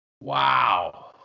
Wow